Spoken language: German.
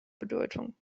bedeutung